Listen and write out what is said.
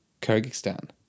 Kyrgyzstan